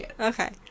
Okay